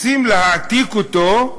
רוצים להעתיק אותו,